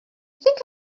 think